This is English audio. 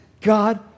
God